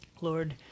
Lord